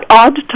odd